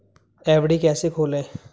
FD कैसे खोलें?